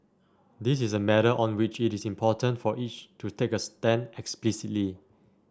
this is a matter on which it is important for each to take a stand explicitly